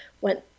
went